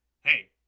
Hey